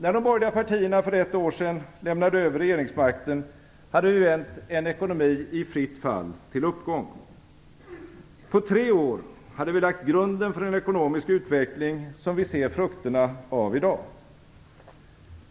När de borgerliga partierna för ett år sedan lämnade över regeringsmakten, hade vi vänt en ekonomi i fritt fall till uppgång. På tre år hade vi lagt grunden för en ekonomisk utveckling, som vi ser frukterna av i dag.